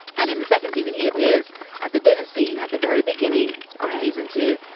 and in the second season, he appears at the dinner scene at the very beginning of season two,